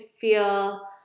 feel